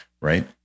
right